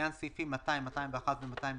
"ולעניין סעיפים 200, 201 ו-202,